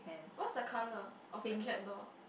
what's the colour of the cat door